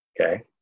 Okay